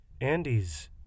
Andy's